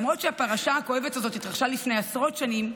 למרות שהפרשה הכואבת הזו התרחשה לפני עשרות שנים,